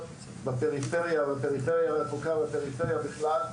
בפריפריה ובפריפריה רחוקה ופריפריה בכלל,